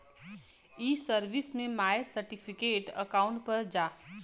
ई सर्विस में my certificate account पर जा